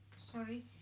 sorry